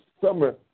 summer